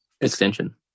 extension